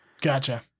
Gotcha